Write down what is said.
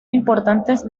importantes